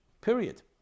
Period